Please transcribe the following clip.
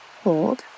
hold